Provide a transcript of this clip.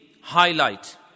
highlight